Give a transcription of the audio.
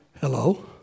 Hello